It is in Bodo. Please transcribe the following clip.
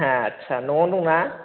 एह आथसा न'वावनो दंना